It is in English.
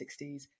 1960s